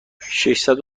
ششصد